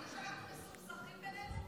מסוכסכים בינינו,